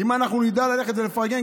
אם אנחנו נדע ללכת ולפרגן,